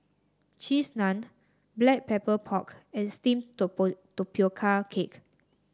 Cheese Naan Black Pepper Pork and steamed Tapioca Cake